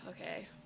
okay